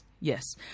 yes